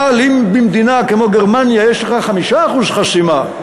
אבל אם במדינה כמו גרמניה יש לך 5% חסימה,